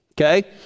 Okay